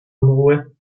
unruhe